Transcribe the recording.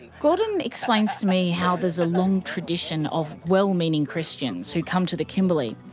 gordon explains to me how there's a long tradition of well-meaning christians who come to the kimberley,